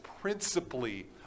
principally